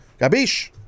Gabish